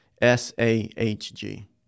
S-A-H-G